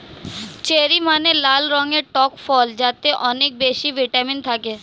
cherry মানে লাল রঙের টক ফল যাতে অনেক বেশি ভিটামিন থাকে